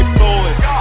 boys